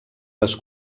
les